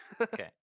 Okay